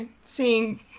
seeing